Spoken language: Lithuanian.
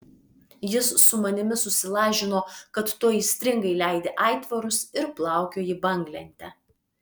jis su manimi susilažino kad tu aistringai leidi aitvarus ir plaukioji banglente